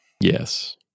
Yes